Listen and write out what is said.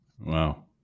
Wow